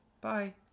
Bye